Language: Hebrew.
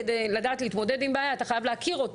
כדי לדעת להתנודד עם בעיה אתה חייב להכיר אותה.